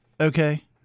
Okay